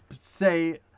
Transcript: say